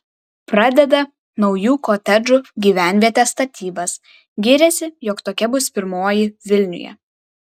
pradeda naujų kotedžų gyvenvietės statybas giriasi jog tokia bus pirmoji vilniuje